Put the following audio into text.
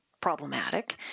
problematic